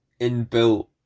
inbuilt